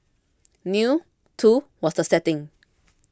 new too was the setting